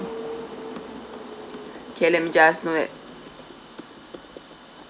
okay let me just note that